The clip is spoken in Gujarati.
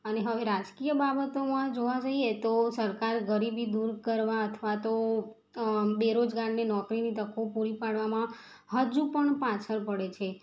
અને હવે રાજકીય બાબતોમાં જોવા જઈએ તો સરકાર ગરીબી દૂર કરવા અથવા તો અ બેરોજગારને નોકરીની તકો પૂરી પાડવામાં હજુ પણ પાછળ પડે છે